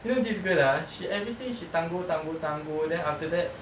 you know this girl ah she everything she tangguh tangguh tangguh then after that